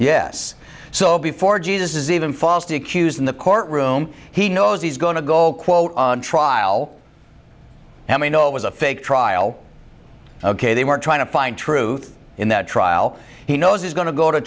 yes so before jesus is even falsely accused in the courtroom he knows he's going to go quote on trial and we know it was a fake trial ok they were trying to find truth in that trial he knows he's going to go to